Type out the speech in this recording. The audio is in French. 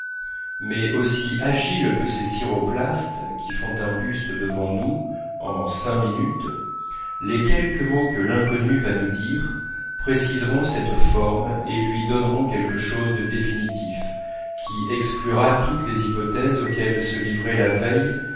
mais aussi agiles que ces ciroplastes qui font un buste devant nous en cinq minutes les quelques mots que l'inconnue va nous dire préciseront cette forme et lui donneront quelque chose de définitif qui exclura toutes les hypothèses auxquelles se livraient la veille